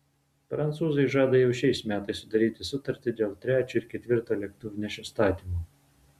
prancūzai žada jau šiais metais sudaryti sutartį dėl trečio ir ketvirto lėktuvnešio statymo